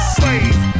slave